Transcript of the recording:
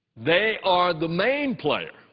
they are the main player,